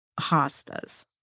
hostas